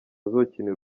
uburusiya